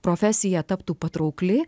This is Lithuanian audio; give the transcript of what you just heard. profesija taptų patraukli